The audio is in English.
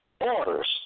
orders